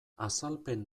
azalpen